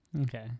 Okay